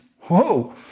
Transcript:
Whoa